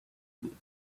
بود